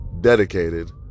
dedicated